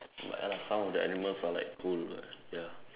but ya lah some of the animals are like cool ah ya